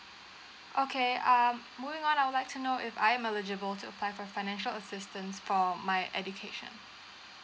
okay um moving on I would like to know if I am eligible to find a financial assistance for my education